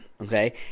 Okay